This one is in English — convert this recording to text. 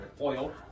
oil